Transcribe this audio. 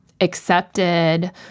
accepted